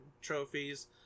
trophies